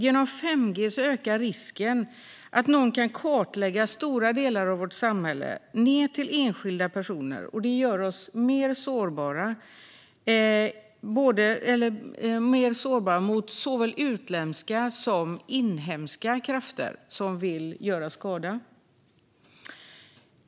Genom 5G ökar risken att någon kan kartlägga stora delar av vårt samhälle ned till enskilda personer, vilket gör oss mer sårbara för såväl utländska som inhemska krafter som vill göra skada.